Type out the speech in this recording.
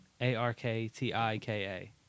A-R-K-T-I-K-A